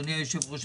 אדוני היושב-ראש,